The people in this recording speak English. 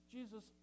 Jesus